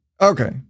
Okay